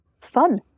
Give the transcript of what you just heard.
fun